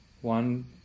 One